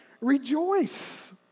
Rejoice